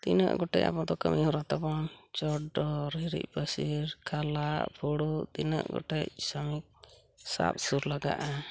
ᱛᱤᱱᱟᱹᱜ ᱜᱚᱴᱮᱡ ᱟᱵᱚᱫᱚ ᱠᱟᱹᱢᱤ ᱦᱚᱨᱟ ᱛᱟᱵᱚᱱ ᱪᱚᱰᱚᱨ ᱦᱤᱨᱤᱡ ᱯᱟᱹᱥᱤᱨ ᱠᱷᱟᱞᱟᱜ ᱯᱷᱩᱲᱩᱜ ᱛᱤᱱᱟᱹᱜ ᱜᱚᱴᱮᱡ ᱥᱟᱝ ᱥᱟᱵ ᱥᱩᱨ ᱞᱟᱜᱟᱜᱼᱟ